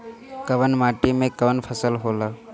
कवन माटी में कवन फसल हो ला?